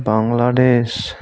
Bangladesh